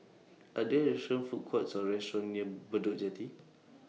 Are There Food Courts Or restaurants near Bedok Jetty